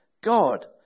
God